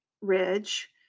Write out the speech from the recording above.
ridge